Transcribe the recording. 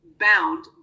bound